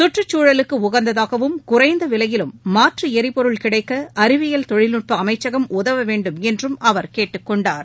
சுற்றுச்சூழலுக்கு உகந்ததாகவும் குறைந்த விலையிலும் மாற்று எரிபொருள் கிடைக்க அறிவியல் தொழில்நுட்ப அமைச்சகம் உதவ வேண்டுமென்றும் அவர் கேட்டுக் கொண்டார்